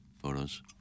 photos